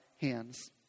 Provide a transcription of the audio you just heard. hands